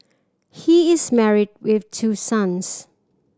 he is married with two sons